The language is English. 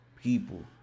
people